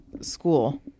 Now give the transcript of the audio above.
school